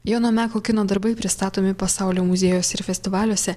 jono meko kino darbai pristatomi pasaulio muziejuose ir festivaliuose